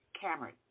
Cameron